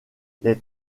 les